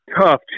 tough